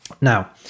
Now